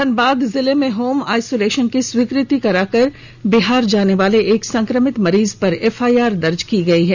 धनबाद जिले में home isolation की स्वीकृति करा कर बिहार जाने वाले एक संक्रमित मरीज पर एफआइआर दर्ज दी गई है